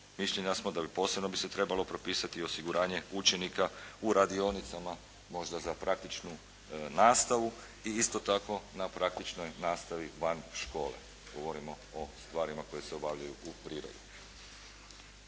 mišljenja smo da bi se posebno trebalo propisati osiguranje učenika u radionicama možda za praktičku nastavu i isto tako na praktičnoj nastavi van škole. Govorimo o stvarima koje se obavljaju u prirodi.